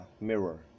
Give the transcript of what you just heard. mirror